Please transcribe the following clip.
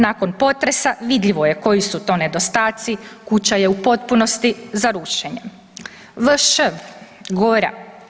Nakon potresa vidljivo je koji su to nedostaci, kuća je u potpunosti za rušenje.“ VŠ, Gora.